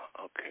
Okay